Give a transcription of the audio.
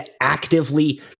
actively